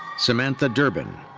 samantha durbin.